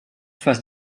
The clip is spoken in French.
face